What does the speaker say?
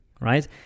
right